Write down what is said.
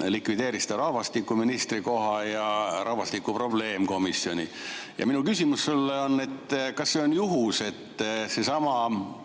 likvideeris ta rahvastikuministri koha ja rahvastiku probleemkomisjoni. Ja minu küsimus sulle on: kas see on juhus, et seesama